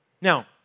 Now